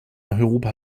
europa